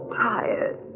tired